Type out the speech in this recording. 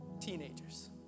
Teenagers